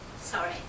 Sorry